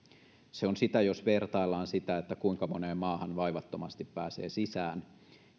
se on sitä jos vertaillaan sitä kuinka moneen maahan vaivattomasti pääsee sisään